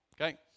okay